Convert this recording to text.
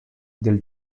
del